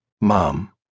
Mom